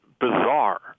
bizarre